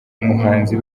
muhanzi